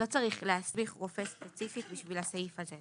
לא צריך להסמיך רופא ספציפית בשביל הסעיף הזה,